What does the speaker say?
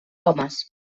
homes